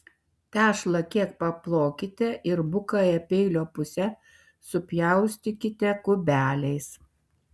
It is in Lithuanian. tešlą kiek paplokite ir bukąja peilio puse supjaustykite kubeliais